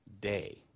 Day